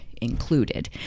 included